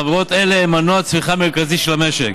חברות אלו הן מנוע צמיחה מרכזי של המשק,